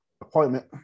appointment